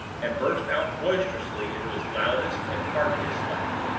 and burst out boisterously into his loudest and heartiest laugh.